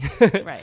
Right